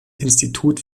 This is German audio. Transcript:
institut